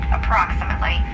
Approximately